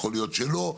יכול להיות שלא,